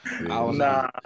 Nah